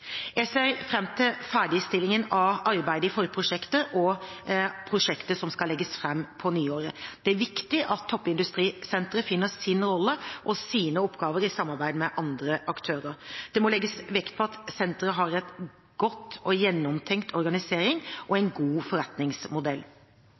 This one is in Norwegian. Jeg ser fram til ferdigstillingen av arbeidet i forprosjektet og prospektet som skal legges fram på nyåret. Det er viktig at toppindustrisenteret finner sin rolle og sine oppgaver i samarbeid med andre aktører. Det må legges vekt på at senteret har en godt gjennomtenkt organisering og